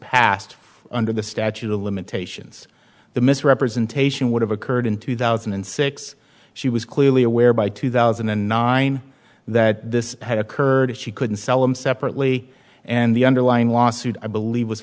passed under the statute of limitations the misrepresentation would have occurred in two thousand and six she was clearly aware by two thousand and nine that this had occurred she couldn't sell them separately and the underlying lawsuit i believe was